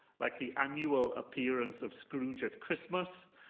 like the annual appearance of scrooge at christmas,